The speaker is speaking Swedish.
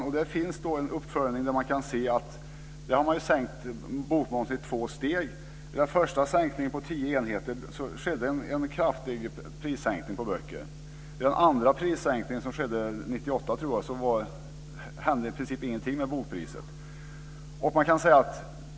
Det har där gjorts en uppföljning av vilken det framgår att man har sänkt bokmomsen i två steg. Efter den första sänkningen med 10 procentenheter skedde en kraftig prissänkning på böcker. Efter den andra sänkningen, som jag tror skedde 1998, hände i princip ingenting med bokpriset.